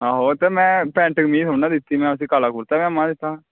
ते में उसी पैंट कमीज थोह्ड़े ना दित्ती में उसी काला कुरता पाजामा दित्ता हा